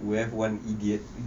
we have one idiot